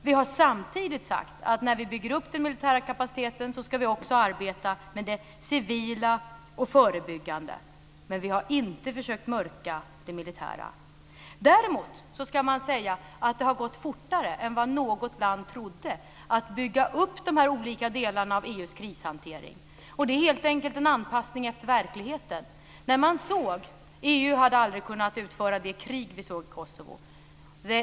Vi har samtidigt sagt att när vi bygger upp den militära kapaciteten ska vi också arbeta med det civila och förebyggande. Men vi har inte försökt mörka det militära. Däremot kan man säga att det har gått fortare än vad något land trodde att bygga upp de olika delarna av EU:s krishantering. Det är helt enkelt en anpassning efter verkligheten. EU hade aldrig kunnat utföra det krig vi såg i Kosovo.